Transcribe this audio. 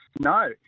no